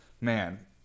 Man